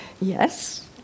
Yes